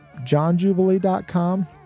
johnjubilee.com